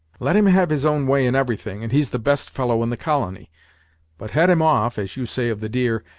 let him have his own way in everything, and he's the best fellow in the colony but head him off as you say of the deer,